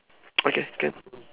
okay can